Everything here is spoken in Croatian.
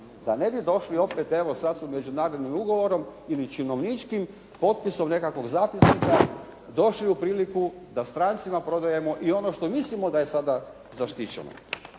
da ne bi došli opet, evo sad smo međunarodnim ugovorom ili činovničkim potpisom nekakvog zapisnika došli u priliku da strancima prodajemo i ono što mislimo da je sada zaštićeno.